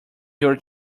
your